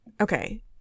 Okay